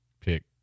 pick